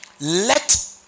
Let